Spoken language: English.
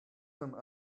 some